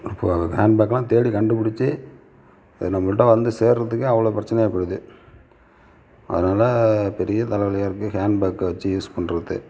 இப்போது அந்த ஹேண்ட்பேக்லாம் தேடி கண்டுபுடிச்சு அது நம்மள்கிட்ட வந்து சேர்றதுக்கே அவ்வளோ பிரச்சனையாக போய்விடுது அதனால் பெரிய தலைவலியா இருக்குயது ஹேண்ட்பேக்கை வச்சு யூஸ் பண்ணுறது